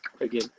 again